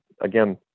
again